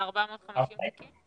ב-450 התיקים האלה?